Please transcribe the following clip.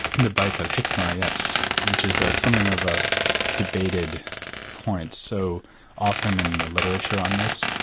the bait al-hikma, yes, which is ah something of a debated point, so often in the literature on this,